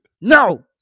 No